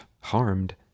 harmed